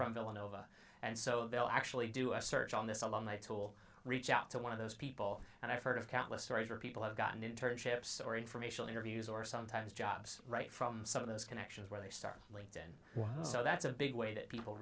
from villanova and so they'll actually do a search on this alumni tool reach out to one of those people and i've heard of countless stories where people have gotten in turn chips or informational interviews or sometimes jobs right from some of those connections where they start linked in so that's a big way that people